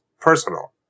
personal